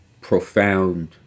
profound